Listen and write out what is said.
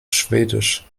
schwedisch